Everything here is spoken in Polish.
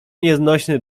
nieznośny